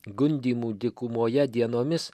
gundymų dykumoje dienomis